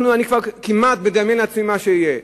אני כבר כמעט מדמיין לעצמי מה יהיה: